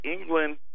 England